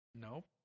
nope